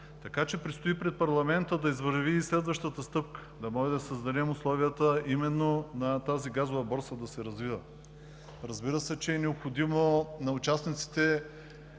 Така че предстои пред парламента да извърви и следващата стъпка – да можем да създадем условията именно тази газова борса да се развива. Разбира се, че е необходимо на участниците